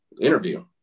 interview